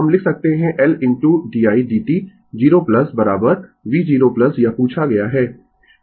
तो हम लिख सकते है L into di dt 0 v0 यह पूछा गया है